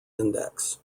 index